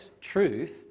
truth